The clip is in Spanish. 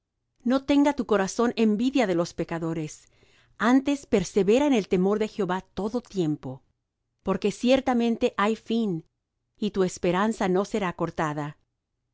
no tenga tu corazón envidia de los pecadores antes persevera en el temor de jehová todo tiempo porque ciertamente hay fin y tu esperanza no será cortada